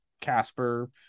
Casper